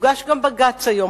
הוגש גם בג"ץ היום.